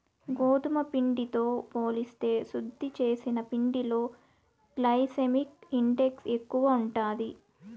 గోధుమ పిండితో పోలిస్తే శుద్ది చేసిన పిండిలో గ్లైసెమిక్ ఇండెక్స్ ఎక్కువ ఉంటాది